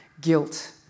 guilt